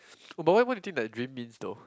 oh but what what you think that dream means though